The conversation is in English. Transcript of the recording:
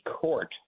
court